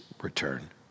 return